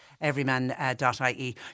everyman.ie